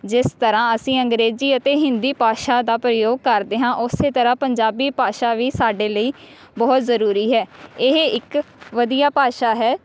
ਜਿਸ ਤਰ੍ਹਾਂ ਅਸੀਂ ਅੰਗਰੇਜ਼ੀ ਅਤੇ ਹਿੰਦੀ ਭਾਸ਼ਾ ਦਾ ਪ੍ਰਯੋਗ ਕਰਦੇ ਹਾਂ ਉਸੇ ਤਰ੍ਹਾਂ ਪੰਜਾਬੀ ਭਾਸ਼ਾ ਵੀ ਸਾਡੇ ਲਈ ਬਹੁਤ ਜ਼ਰੂਰੀ ਹੈ ਇਹ ਇੱਕ ਵਧੀਆ ਭਾਸ਼ਾ ਹੈ